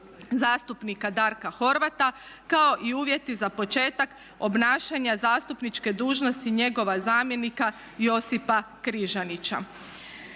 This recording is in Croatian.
zastupnika Darka Horvata kao i uvjeti za početak obnašanja zastupničke dužnosti njegova zamjenika Josipa Križanića.